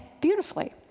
beautifully